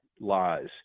lies